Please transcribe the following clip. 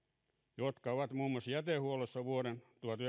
jotka ovat muun muassa jätehuollossa